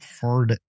hard